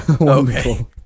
okay